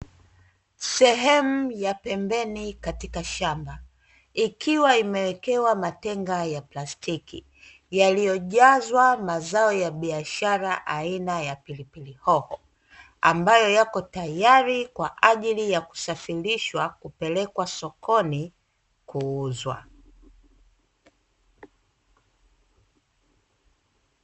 Sehemu ya pembeni katika shamba ikiwa imewekewa matenga ya plastiki yaliyojazwa mazao ya biashara aina ya pilipili hoho, ambayo yapo tayari kwa ajili ya kusafirishwa kupelekwa sokoni kuuzwa.